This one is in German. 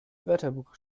wörterbuch